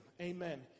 Amen